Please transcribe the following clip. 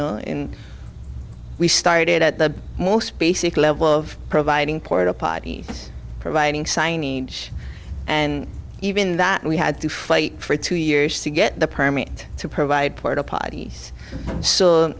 know we started at the most basic level of providing port a potty providing sign each and even that we had to fight for two years to get the permit to provide port a potties so